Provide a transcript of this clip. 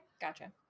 Gotcha